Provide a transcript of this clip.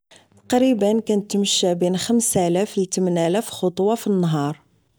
تقريبا كنتمشي بين خمسلاف لتمن الاف خطوة فالنهار